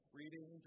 reading